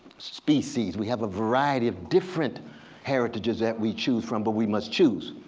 species. we have a variety of different heritages that we choose from, but we must choose.